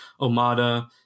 Omada